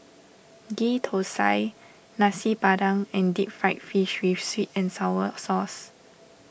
Ghee Thosai Nasi Padang and Deep Fried Fish with Sweet and Sour Sauce